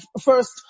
first